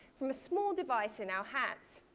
from a small device in our hands.